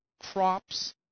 crops